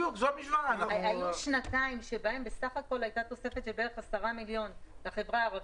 היו שנתיים שבהן בסך הכול הייתה תוספת של כ-10 מיליון לחברה הערבית,